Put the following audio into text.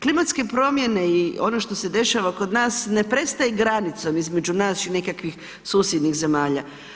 Klimatske promjene i ono što se dešava kod nas ne prestaje granicom između nas i nekakvih susjednih zemalja.